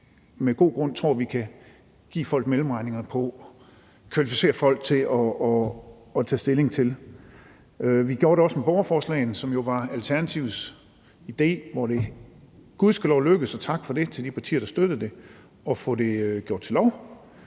med god grund tror vi kan give folk mellemregningerne på, kvalificere folk til at tage stilling til. Vi gjorde det også ved borgerforslagene, som jo var Alternativets idé, hvor det gudskelov lykkedes, og tak for det til de partier, der støttede det, at få det gjort til lov,